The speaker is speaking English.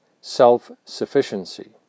self-sufficiency